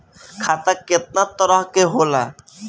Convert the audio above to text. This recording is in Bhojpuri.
खाता केतना तरह के होला?